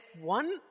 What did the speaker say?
one